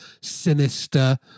sinister